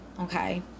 okay